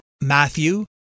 Matthew